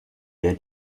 der